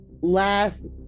last